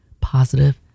positive